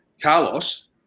carlos